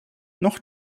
noch